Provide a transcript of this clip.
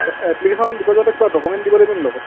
application দিব যাওঁতে কিবা ডকুমেণ্ট দিব লাগিব নেকি লগত